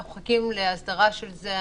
אנחנו מחכים להסדרה של זה.